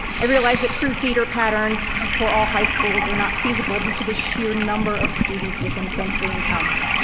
i realize that true feeder patterns for all high schools are not feasible due to the sheer number of students within prince william county.